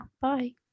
bye